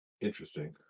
Interesting